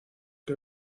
que